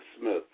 Smith